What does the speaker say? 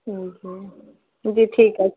جی ہے جی ٹھیک ہے